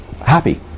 happy